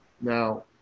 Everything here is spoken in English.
Now